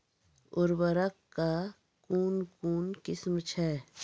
उर्वरक कऽ कून कून किस्म छै?